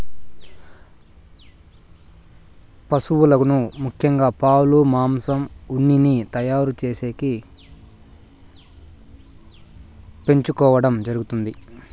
పసువులను ముఖ్యంగా పాలు, మాంసం, ఉన్నిని తయారు చేసేకి పెంచుకోవడం జరుగుతాది